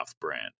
brand